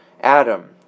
Adam